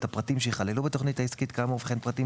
את הפרטים שייכללו בתוכנית העסקית כאמור וכן פרטים,